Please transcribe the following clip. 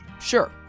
sure